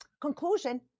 conclusion